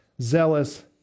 zealous